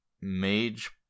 mage